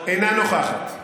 טטיאנה מזרסקי, אינה נוכחת,